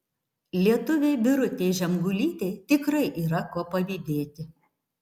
lietuvei birutei žemgulytei tikrai yra ko pavydėti